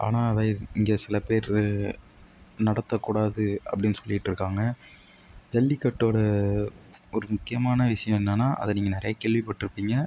ஆனால் அதை இங்கே சில பேர் நடத்தக்கூடாது அப்படின் சொல்லிகிட்ருக்காங்க ஜல்லிக்கட்டோடய ஒரு முக்கியமான விஷயம் என்னென்னா அதை நீங்கள் நிறையா கேள்விப்பட்டிருப்பீங்க